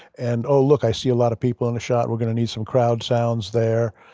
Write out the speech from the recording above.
and, oh, look. i see a lot of people in the shot. we're gonna need some crowd sounds there.